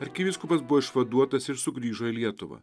arkivyskupas buvo išvaduotas ir sugrįžo į lietuvą